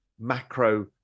macro